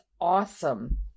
awesome